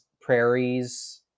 prairies